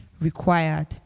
required